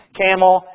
camel